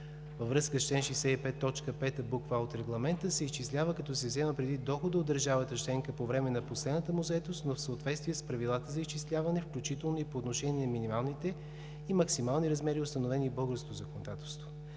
във връзка с чл. 65, т. 5, буква „а“ от Регламента, се изчислява като се взема предвид доходът от държавата членка по време на последната му заетост, но в съответствие с правилата за изчисляване, включително и по отношение на минималните и максимални размери, установени в българското законодателство.